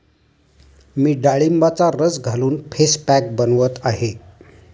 मी डाळिंबाचा रस घालून फेस पॅक बनवत आहे